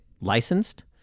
licensed